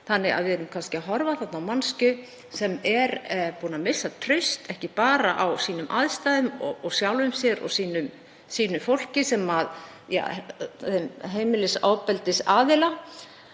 þannig að við erum kannski að horfa á manneskju sem er búin að missa traust, ekki bara á aðstæðum sínum og sjálfri sér og sínu fólki sem og heimilisofbeldisaðila